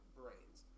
brains